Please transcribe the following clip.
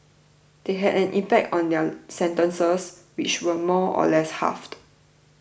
that had an impact on their sentences which were more or less halved